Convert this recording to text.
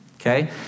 Okay